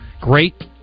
Great